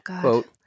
quote